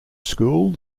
school